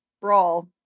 Brawl